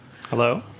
Hello